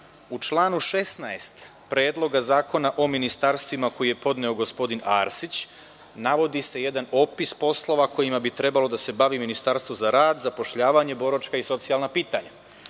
članu 16. Predloga zakona o ministarstvima, koji je podneo gospodin Arsić, navodi se jedan opis poslova kojima bi trebalo da se bavi Ministarstvo za rad, zapošljavanje i boračka pitanja.